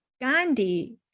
Gandhi